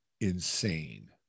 insane